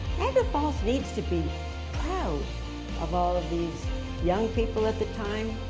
and falls needs to be proud of all of these young people at the time,